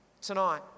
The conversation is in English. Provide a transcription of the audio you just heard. Tonight